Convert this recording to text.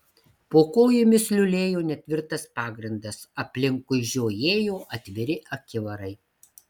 po kojomis liulėjo netvirtas pagrindas aplinkui žiojėjo atviri akivarai